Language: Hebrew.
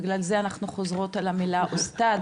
בגלל זה אנחנו חוזרות על המילה "עוסטאד",